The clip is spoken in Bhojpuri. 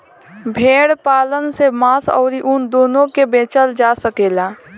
भेड़ पालन से मांस आ ऊन दूनो के बेचल जा सकेला